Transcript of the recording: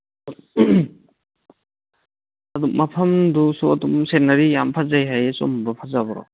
ꯑꯗꯨ ꯃꯐꯝꯗꯨꯁꯨ ꯑꯗꯨꯝ ꯁꯦꯅꯔꯤ ꯌꯥꯝ ꯐꯖꯩ ꯍꯥꯏꯌꯦ ꯆꯨꯝꯕ꯭ꯔꯣ ꯐꯖꯕ꯭ꯔꯣ